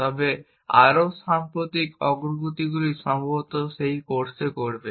তবে আরও সাম্প্রতিক অগ্রগতিগুলি সম্ভবত সেই কোর্সে করবে